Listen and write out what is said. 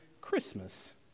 Christmas